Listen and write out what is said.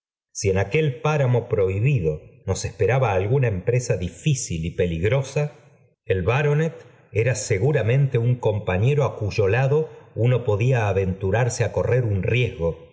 si en aquel páramo prohibido nos esperaba atuna emi presa difícil y peligrosa el baronet era seguramenifc té uh compañero á cuyo lado uno podía aventurarse á co rer un riesgo